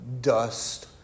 dust